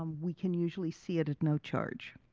um we can usually see it at no charge.